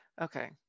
Okay